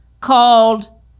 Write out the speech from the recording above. called